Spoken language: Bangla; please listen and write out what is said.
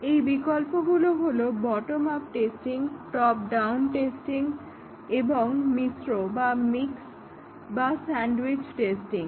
এই বিকল্পগুলো হলো bottom up testing top down testing এবং মিক্স বা মিশ্র বা স্যান্ডউইচ টেস্টিং